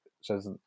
says